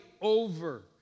over